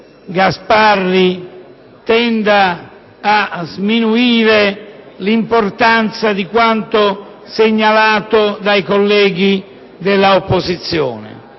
Gasparri tenda a sminuire l'importanza di quanto segnalato dai colleghi dell'opposizione,